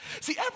See